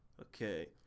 Okay